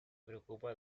preocupa